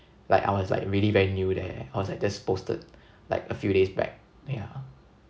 like I was like really very new there I was like just posted like a few days back yeah